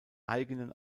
eigenen